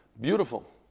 Beautiful